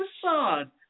facade